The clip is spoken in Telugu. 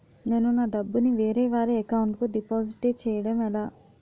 నేను నా డబ్బు ని వేరే వారి అకౌంట్ కు డిపాజిట్చే యడం ఎలా?